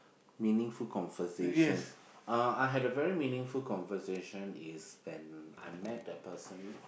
meaningful conversation uh I had a very meaningful conversation is when I met a person